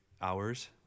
hours